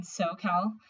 SoCal